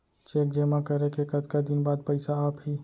Cheque जेमा करे के कतका दिन बाद पइसा आप ही?